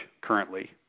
currently